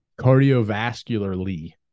cardiovascularly